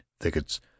thickets